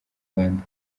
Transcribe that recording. rwanda